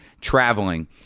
traveling